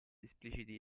espliciti